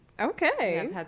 Okay